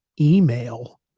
email